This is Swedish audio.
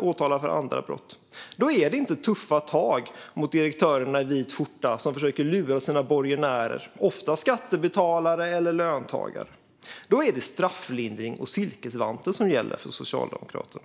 åtala för andra brott. Då är det inte tuffa tag mot direktörerna i vit skjorta som försöker lura sina borgenärer, ofta skattebetalare eller löntagare. Då är det strafflindring och silkesvantar som gäller för Socialdemokraterna.